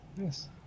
Yes